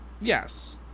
Yes